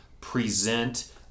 present